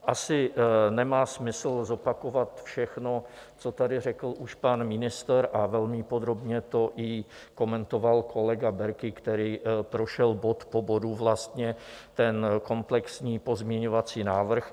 Asi nemá smysl zopakovat všechno, co tady řekl už pan ministr, a velmi podrobně to i komentoval kolega Berki, který prošel bod po bodu vlastně ten komplexní pozměňovací návrh.